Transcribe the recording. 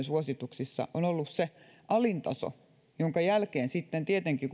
suosituksissa on ollut se alin taso jonka jälkeen sitten tietenkin